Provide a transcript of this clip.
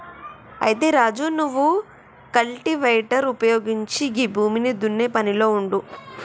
అయితే రాజు నువ్వు కల్టివేటర్ ఉపయోగించి గీ భూమిని దున్నే పనిలో ఉండు